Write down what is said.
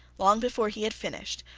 long before he had finished,